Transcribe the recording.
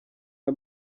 aya